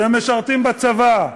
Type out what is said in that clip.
הם משרתים בצבא,